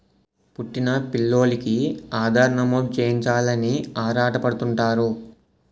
పుట్టిన పిల్లోలికి ఆధార్ నమోదు చేయించాలని ఆరాటపడుతుంటారు